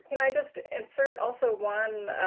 and i just insert also one.